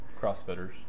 crossfitters